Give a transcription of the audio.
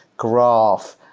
graph,